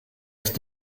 ist